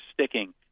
sticking